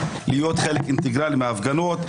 להיות חלק אינטגרלי מההפגנות.